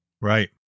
Right